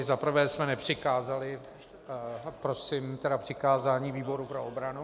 Za prvé jsme nepřikázali, a prosím tedy přikázání výboru pro obranu.